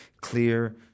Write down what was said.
clear